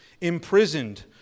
imprisoned